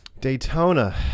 daytona